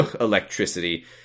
electricity